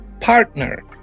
partner